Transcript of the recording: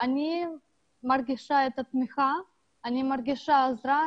אני מרגישה את התמיכה ואת העזרה.